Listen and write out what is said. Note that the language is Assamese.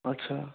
আচ্ছা